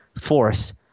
force